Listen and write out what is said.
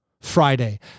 Friday